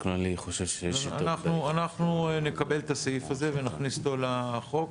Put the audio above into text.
אנחנו נקבל את הסעיף הזה ונכניס אותו לחוק.